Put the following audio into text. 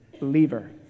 believer